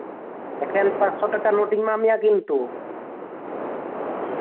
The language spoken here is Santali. ᱮᱠᱷᱮᱱ ᱯᱟᱸᱪ ᱥᱚ ᱴᱟᱠᱟ ᱱᱳᱴᱤᱧ ᱮᱢᱟᱫ ᱢᱮᱭᱟ ᱠᱤᱱᱛᱩ